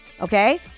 Okay